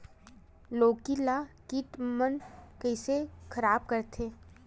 लौकी ला कीट मन कइसे खराब करथे?